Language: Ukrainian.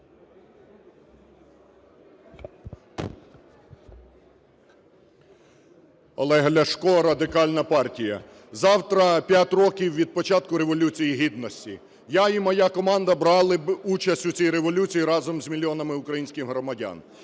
Олег Ляшко, Радикальна партія. Завтра 5 років від початку Революції Гідності. Я і моя команда брали участь в цій революції разом з мільйонами українських громадян.